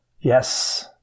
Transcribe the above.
Yes